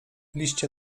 liście